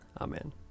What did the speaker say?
Amen